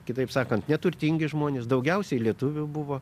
kitaip sakant neturtingi žmonės daugiausiai lietuvių buvo